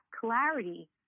clarity